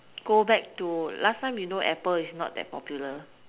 go back to last time you know apple is not that popular